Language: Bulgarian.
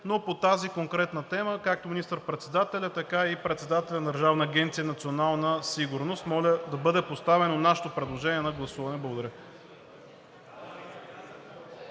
Но по тази конкретна тема – както министър-председателят, така и председателят на Държавна агенция „Национална сигурност“, моля да бъде поставено нашето предложение на гласуване. Благодаря.